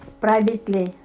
privately